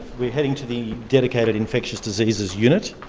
we're heading to the dedicated infectious diseases unit.